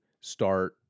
start